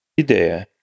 ideia